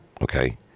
okay